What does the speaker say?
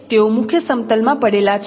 તેઓ મુખ્ય સમતલમાં પડેલા છે